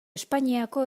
espainiako